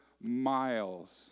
miles